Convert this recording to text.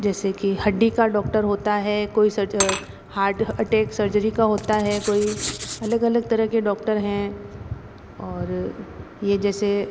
जैसे कि हड्डी का डॉक्टर होता है कोई सर्ज हार्ट अटैक सर्जरी का होता है कोई अलग अलग तरह के डॉक्टर हैं और ये जैसे